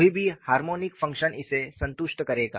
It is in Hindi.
कोई भी हार्मोनिक फ़ंक्शन इसे संतुष्ट करेगा